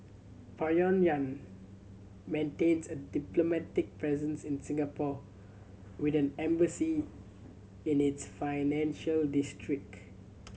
Pyongyang maintains a diplomatic presence in Singapore with an embassy in its financial district